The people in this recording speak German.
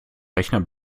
rechner